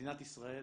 מדינת ישראל